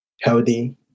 healthy